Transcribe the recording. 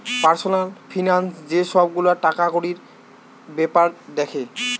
personal finance যে সব গুলা টাকাকড়ির বেপার দ্যাখে